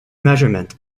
measurement